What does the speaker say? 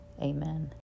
amen